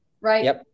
Right